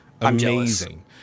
amazing